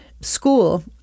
school